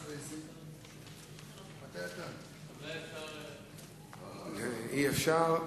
אולי אפשר, אי-אפשר.